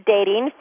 Dating